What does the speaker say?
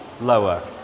Lower